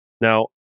Now